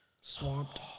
swamped